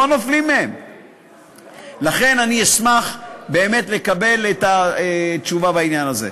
לכן, אני אשמח לקבל את התשובה בעניין הזה.